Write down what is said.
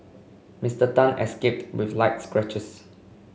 Mister Tan escaped with light scratches